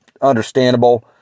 understandable